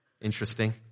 interesting